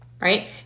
Right